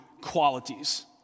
qualities